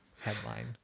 Headline